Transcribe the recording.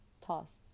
toss